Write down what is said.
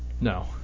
No